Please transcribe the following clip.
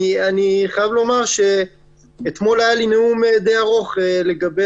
אני חייב לומר שאתמול היה לי נאום די ארוך לגבי